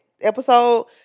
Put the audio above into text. episode